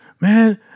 man